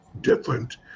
different